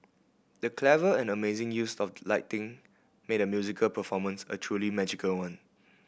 the clever and amazing use of lighting made a musical performance a truly magical one